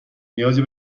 نیازی